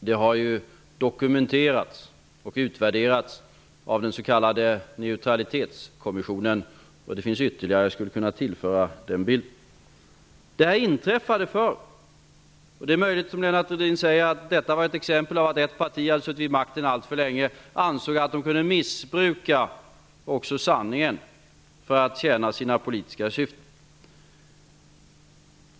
Det har dokumenterats och utvärderats av den s.k. Neutralitetspolitikkommissionen. Det finns ytterligare uppgifter som skulle kunna tillföras den bilden. Sådana här saker inträffade förr. Som Lennart Rohdin sade är det möjligt att de var ett exempel på att ett parti hade suttit vid makten alltför länge och ansåg att det kunde missbruka sanningen för att tjäna sitt politiska syfte.